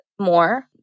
more